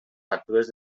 factures